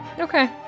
Okay